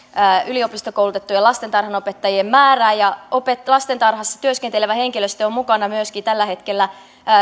yliopistokoulutettujen lastentarhanopettajien määrää lastentarhassa työskentelevä henkilöstö on mukana myöskin tällä hetkellä